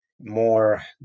more